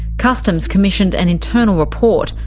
customs commissioned an internal report,